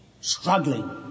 struggling